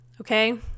Okay